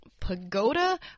Pagoda